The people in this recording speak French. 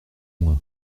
moi